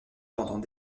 pendant